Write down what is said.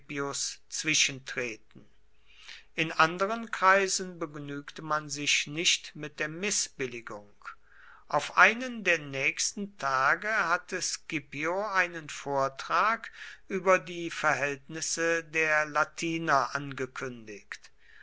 zwischentreten in anderen kreisen begnügte man sich nicht mit der mißbilligung auf einen der nächsten tage hatte scipio einen vortrag über die verhältnisse der latiner angekündigt